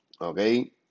okay